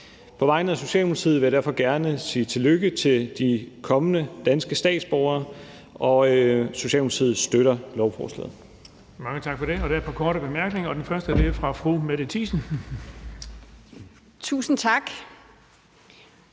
På vegne af Socialdemokratiet vil jeg derfor gerne sige tillykke til de kommende danske statsborgere. Socialdemokratiet støtter lovforslaget.